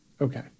Okay